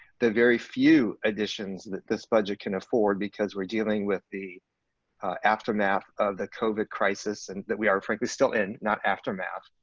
the very few additions that this budget can afford because we're dealing with the aftermath of the covid crisis and we are frankly still in, not aftermath,